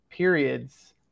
periods